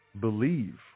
believe